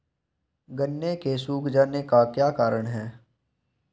गन्ने के सूख जाने का क्या कारण है?